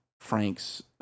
Frank's